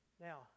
Now